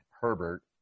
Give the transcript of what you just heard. Herbert